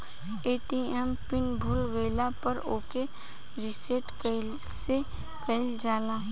ATM pin भूल गईल पर ओके रीसेट कइसे कइल जाला?